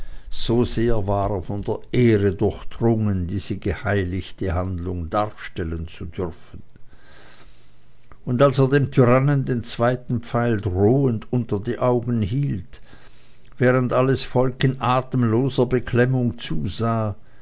so sehr war er von der ehre durchdrungen diese geheiligte handlung darstellen zu dürfen und als er dem tyrannen den zweiten pfeil drohend unter die augen hielt während alles volk in atemloser beklemmung zusah